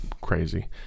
crazy